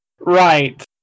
Right